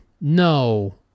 No